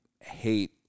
hate